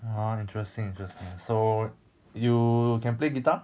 orh interesting interesting so you can play guitar